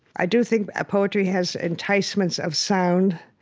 i do think poetry has enticements of sound